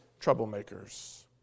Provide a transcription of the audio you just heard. troublemakers